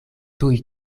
tuj